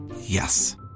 Yes